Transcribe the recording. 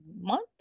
month